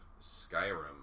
Skyrim